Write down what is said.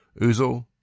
Uzal